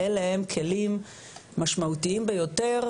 אלה הם כלים משמעותיים ביותר,